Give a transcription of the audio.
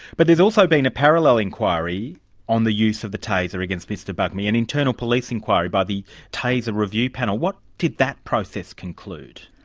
but there's also been a parallel inquiry on the use of the taser against mr bugmy, an internal police inquiry by the taser review panel. what did that process conclude?